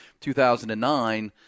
2009